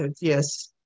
Yes